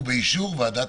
ובאישור ועדת